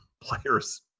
players